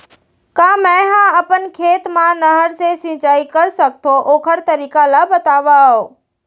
का मै ह अपन खेत मा नहर से सिंचाई कर सकथो, ओखर तरीका ला बतावव?